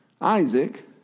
Isaac